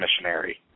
missionary